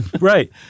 Right